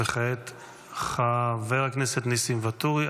וכעת חבר הכנסת ניסים ואטורי.